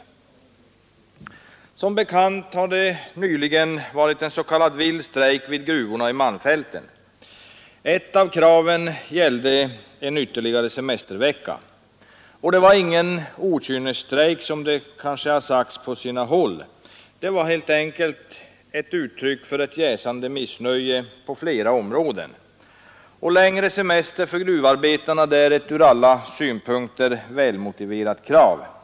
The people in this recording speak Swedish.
Som bekant har det nyligen varit en s.k. vild strejk vid gruvorna i Malmfälten. Ett av kraven gällde frågan om en ytterligare semestervecka. Det var ingen okynnesstrejk, som man har sagt på sina håll. Det var helt enkelt uttrycket för ett jäsande missnöje på flera områden. Och längre semester för gruvarbetarna är ett från alla synpunkter välmotiverat krav.